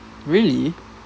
really